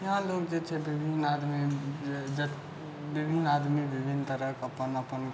यहाँ लोक जे छै विभिन्न आदमी जे विभिन्न आदमी विभिन्न तरहके अपन अपन